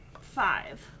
Five